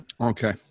Okay